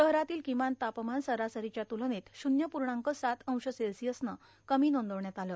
शहरातील किमान तापमान सरासरीच्या तुलनेत शूज्य पूर्णांक सात अंश सेल्सियसनं कमी नोंदवण्यात आलं